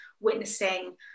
witnessing